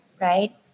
right